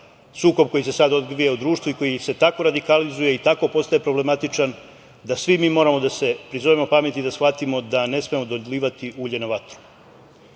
sukob koji se sad odvija u društvu i koji se tako radikalizuje i tako postoje problematičan da svi moramo da se prizovemo pameti i da shvatimo da ne smemo dolivati ulje na vatru. Ono